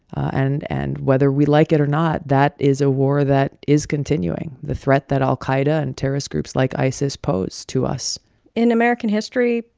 and and whether we like it or not, that is a war that is continuing, the threat that al-qaida and terrorist groups like isis pose to us in american history,